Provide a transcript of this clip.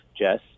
Jess